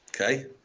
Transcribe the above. Okay